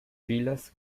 filas